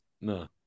No